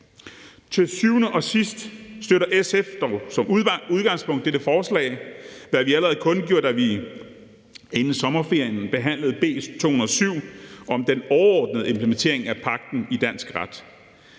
Til syvende og sidst støtter SF dog som udgangspunkt dette forslag – hvad vi allerede kundgjorde, da vi inden sommerferien behandlede B 207 om den overordnede implementering af pagten i dansk ret